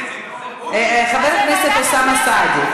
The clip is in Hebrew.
חבר הכנסת אוסאמה סעדי,